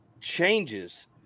changes